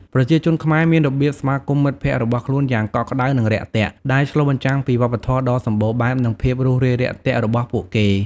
ប្រជាជនខ្មែរមានរបៀបស្វាគមន៍មិត្តភក្តិរបស់ខ្លួនយ៉ាងកក់ក្តៅនិងរាក់ទាក់ ដែលឆ្លុះបញ្ចាំងពីវប្បធម៌ដ៏សម្បូរបែបនិងភាពរួសរាយរាក់ទាក់របស់ពួកគេ។